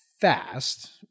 fast